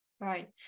Right